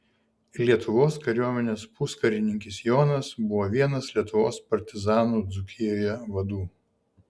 lietuvos kariuomenės puskarininkis jonas buvo vienas lietuvos partizanų dzūkijoje vadų